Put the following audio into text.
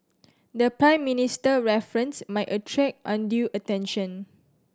the Prime Minister reference might attract undue attention